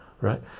Right